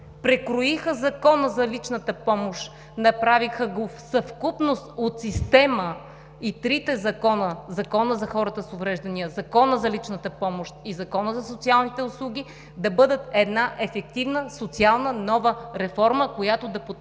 прекроиха Закона за личната помощ, направиха го в съвкупност от система и трите закона – Законът за хората с увреждания, Законът за личната помощ и Законът за социалните услуги, да бъдат една ефективна социална, нова реформа, която да подпомогне